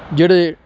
ਜਿਹੜੇ